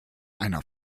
einer